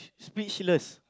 speechless